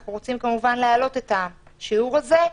אנחנו, כמובן, רוצים להעלות את השיעור הזה,